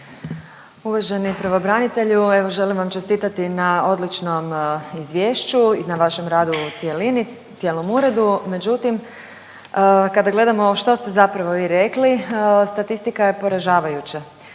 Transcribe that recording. Uvaženi pravobranitelju, evo želim vam čestitati na odličnom izvješću i na vašem radu u cjelini, cijelom uredu. Međutim, kada gledamo što ste zapravo i rekli, statistika je poražavajuća.